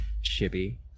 shibby